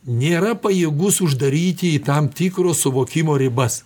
nėra pajėgus uždaryti į tam tikro suvokimo ribas